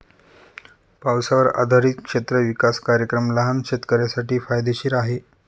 पावसावर आधारित क्षेत्र विकास कार्यक्रम लहान शेतकऱ्यांसाठी फायदेशीर आहे